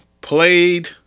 played